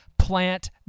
plant